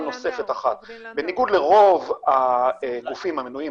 אחרים ובתקנות אחרות שאנחנו כוועדה פוגשים בישיבות